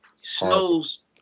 Snow's